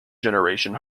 generation